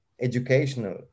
educational